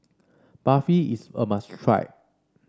barfi is a must try